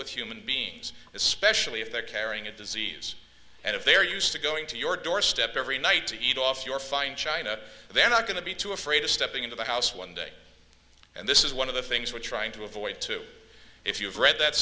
with human beings especially if they're carrying a disease and if they're used to going to your doorstep every night to eat off your fine china they're not going to be too afraid of stepping into the house one day and this is one of the things we're trying to avoid too if you've read that